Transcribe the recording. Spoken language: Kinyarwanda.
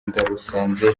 ndarusanze